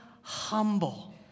humble